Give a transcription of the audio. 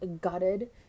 gutted